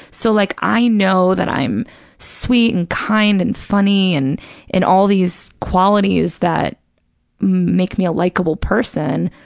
so, like i know that i am sweet and kind and funny and and all these qualities that make me a likable person,